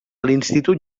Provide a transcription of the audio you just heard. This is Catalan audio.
l’institut